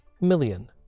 million